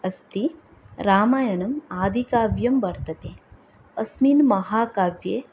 अस्ति रामायणम् आदिकाव्यं वर्तते अस्मिन् महाकाव्ये